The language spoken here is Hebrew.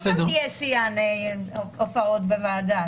אתה עוד פעם תהיה שיאן ההופעות בוועדה.